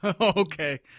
Okay